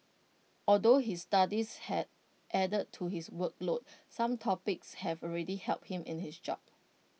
although his studies have added to his workload some topics have already helped him in his job